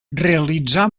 realitzà